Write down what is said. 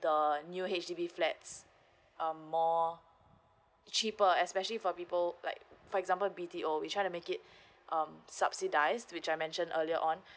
the new H_D_B flats um more cheaper especially for people like for example B_T_O which want to make it um subsidized which I mentioned earlier on